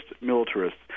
militarists